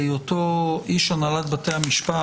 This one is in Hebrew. בהיותו איש הנהלת בתי המשפט,